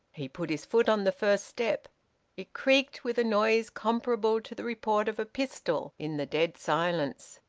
he put his foot on the first step it creaked with a noise comparable to the report of a pistol in the dead silence.